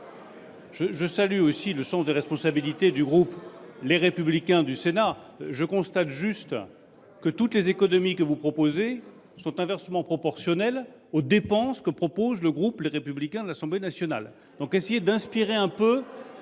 Je salue aussi le sens des responsabilités du groupe Les Républicains du Sénat. Je constate simplement que toutes les économies que vous proposez sont inversement proportionnelles aux dépenses que propose le groupe Les Républicains de l’Assemblée nationale. Essayez donc d’inspirer un peu